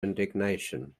indignation